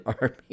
Army